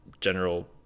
general